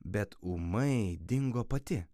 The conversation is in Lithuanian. bet ūmai dingo pati